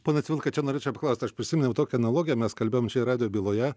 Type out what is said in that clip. ponas cvilka čia norėčiau paklaust aš prisiminiau tokią analogiją mes kalbėjom čia radijo byloje